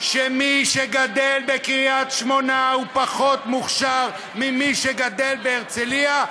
שמי שגדל בקריית-שמונה הוא פחות מוכשר ממי שגדל בהרצליה,